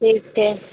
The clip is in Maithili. ठीक छै